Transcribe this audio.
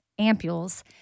ampules